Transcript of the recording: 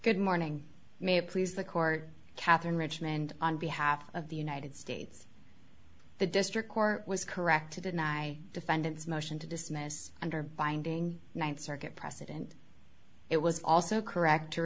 good morning may it please the court katherine richmond on behalf of the united states the district court was correct to deny defendant's motion to dismiss under binding ninth circuit precedent it was also correct to